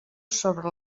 sobre